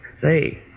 Say